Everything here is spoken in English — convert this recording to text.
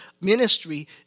ministry